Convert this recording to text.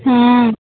हाँ